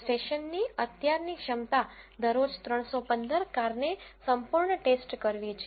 સ્ટેશનની અત્યારની ક્ષમતા દરરોજ 315 કારને સંપૂર્ણ ટેસ્ટ કરવી છે